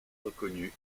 reconnu